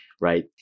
right